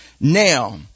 Now